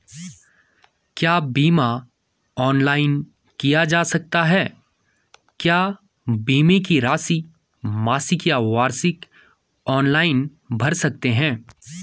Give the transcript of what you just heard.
क्या बीमा ऑनलाइन किया जा सकता है क्या बीमे की राशि मासिक या वार्षिक ऑनलाइन भर सकते हैं?